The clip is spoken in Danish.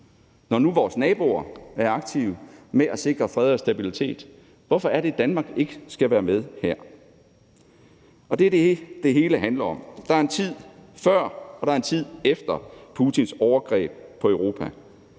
Når nu vores naboer er aktive med at sikre fred og stabilitet, hvorfor er det så, Danmark ikke skal være med her? Det er det, det hele handler om. Kl. 10:45 Der er en tid før og en tid efter Putins overgreb på Europa.